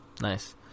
Nice